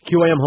QAM